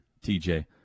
TJ